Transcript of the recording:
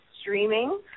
streaming